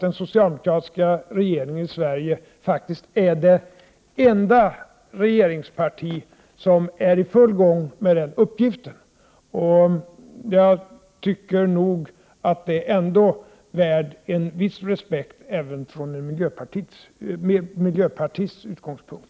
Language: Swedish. Den socialdemokratiska regeringen i Sverige är faktiskt den enda regering som är i full gång med den uppgiften. Jag tycker att det ändå är värt en viss respekt, även från en miljöpartists utgångspunkt.